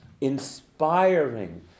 inspiring